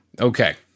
Okay